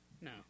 No